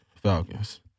Falcons